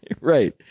Right